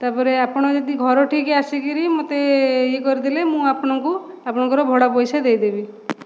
ତା'ପରେ ଆପଣ ଯଦି ଘରଟିକି ଆସିକରି ମୋତେ ୟେ କରିଦେଲେ ମୁଁ ଆପଣଙ୍କୁ ଆପଣଙ୍କ ଭଡ଼ା ପଇସା ଦେଇଦେବି